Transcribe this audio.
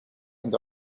and